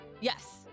Yes